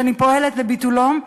שאני פועלת לביטולו,